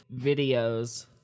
videos